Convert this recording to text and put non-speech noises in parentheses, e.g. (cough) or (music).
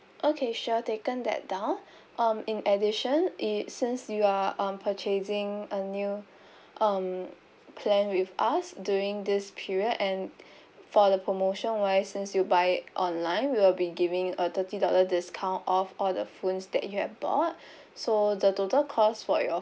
okay sure taken that down um in addition it since you are um purchasing a new um plan with us during this period and (breath) for the promotion wise since you buy it online we'll be giving a thirty dollar discount off all the phones that you have bought (breath) so the total cost for your